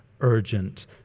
urgent